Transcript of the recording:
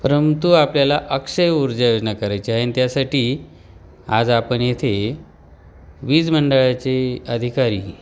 परंतु आपल्याला अक्षय ऊर्जा योजना करायची आहे आणि त्यासाठी आज आपण येथे वीज मंडळाचे अधिकारी